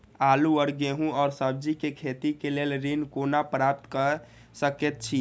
आलू और गेहूं और सब्जी के खेती के लेल ऋण कोना प्राप्त कय सकेत छी?